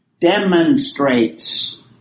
demonstrates